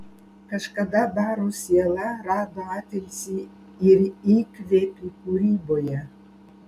kažkada baro siela rado atilsį ir įkvėpį kūryboje